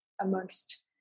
amongst